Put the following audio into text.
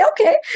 Okay